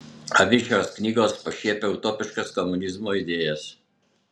abi šios knygos pašiepia utopiškas komunizmo idėjas